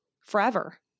forever